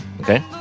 Okay